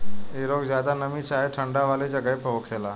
इ रोग ज्यादा नमी चाहे ठंडा वाला जगही पर होखेला